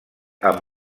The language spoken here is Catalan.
amb